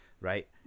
right